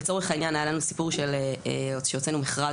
לצורך העניין היה לנו סיפור שהוצאנו מכרז